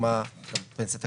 דוגמה פנסיה תקציבית,